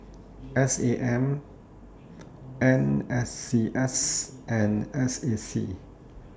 S A M N S C S and S A C